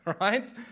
right